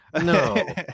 no